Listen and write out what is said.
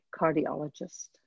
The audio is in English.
cardiologist